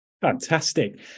Fantastic